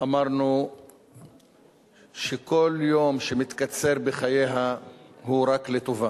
אמרנו שכל יום שמתקצר בחייה הוא רק לטובה.